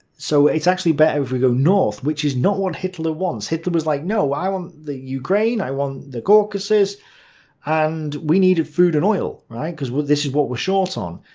so it's actually better if we go north. which is not what hitler wants, hitler was like, no, i want the ukraine, i want the caucasus and we need food and oil, right, because this is what we're short on.